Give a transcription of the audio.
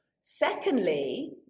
secondly